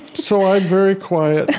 so i'm very quiet.